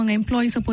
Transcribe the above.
employees